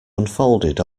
unfolded